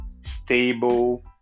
stable